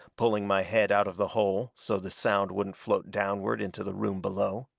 pulling my head out of the hole so the sound wouldn't float downward into the room below.